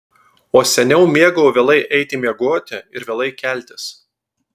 o seniau mėgau vėlai eiti miegoti ir vėlai keltis